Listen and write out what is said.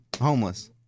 homeless